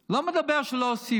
לא מדבר על זה שלא הוסיפו,